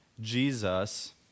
Jesus